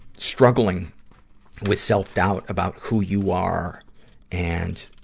struggling with self-doubt about who you are and,